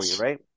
right